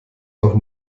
noch